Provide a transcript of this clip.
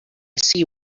see